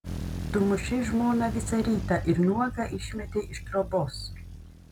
tu mušei žmoną visą rytą ir nuogą išmetei iš trobos